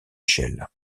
échelle